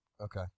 Okay